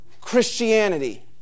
Christianity